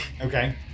Okay